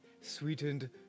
sweetened